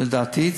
לדעתי,